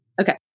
Okay